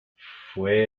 fue